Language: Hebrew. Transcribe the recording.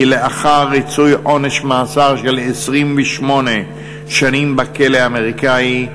כי לאחר ריצוי עונש מאסר של 28 שנים בכלא האמריקני,